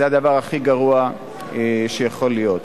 זה הדבר הכי גרוע שיכול להיות.